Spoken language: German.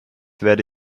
werde